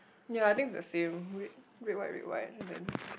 ya I think it's the same red red white red white then